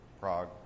Prague